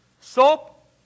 soap